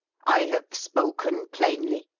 i have spoken plainly?